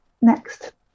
next